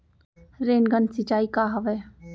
Rain gun सिंचाई का हवय?